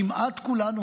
כמעט כולנו,